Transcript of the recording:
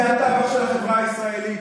כאחד מעמודי התווך של החברה הישראלית,